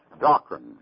doctrine